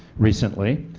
recently.